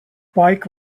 bike